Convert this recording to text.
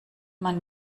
man